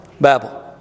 Babel